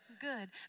good